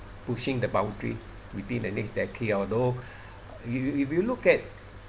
pushing the boundary within the next decade although if if you look at